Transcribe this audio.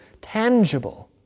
tangible